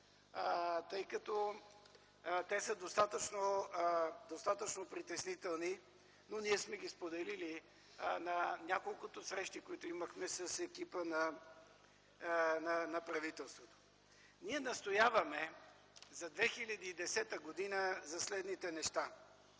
тъй като те са достатъчно притеснителни. Ние сме ги споделили на няколкото срещи, които имахме с екипа на правителството. За 2010 г. ние настояваме за следните неща: